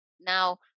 Now